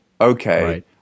okay